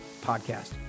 podcast